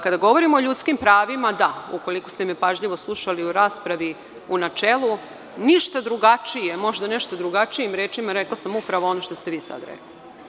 Kada govorimo o ljudskim pravima, da, ukoliko ste me pažljivo slušali u raspravi u načelu, ništa drugačije, možda nešto drugačijim rečima sam rekla upravo ono što ste vi sada rekli.